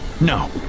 No